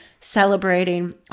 celebrating